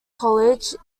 college